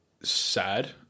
sad